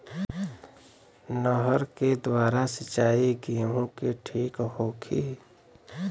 नहर के द्वारा सिंचाई गेहूँ के ठीक होखि?